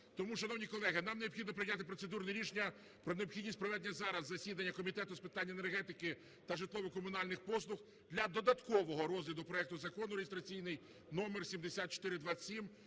Тому, шановні колеги, нам необхідно прийняти процедурне рішення про необхідність проведення зараз засідання Комітету з питань енергетики та житлово-комунальних послуг для додаткового розгляду проекту Закону (реєстраційний номер 7427)